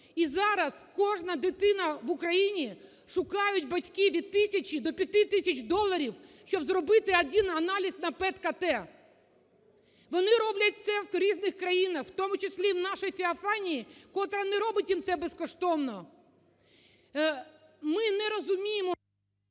І зараз кожна дитина в Україні, шукають батьки від тисячі до 5 тисяч доларів, щоб зробити один аналіз на ПЕТ/КТ. Вони роблять це в різних країнах, в тому числі в нашій "Феофанії", котра не робить їм це безкоштовно. Ми не розуміємо…